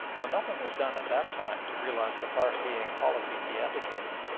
though nothing was done at that time to realise the far-seeing policy he advocated,